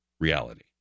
reality